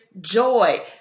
joy